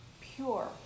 Pure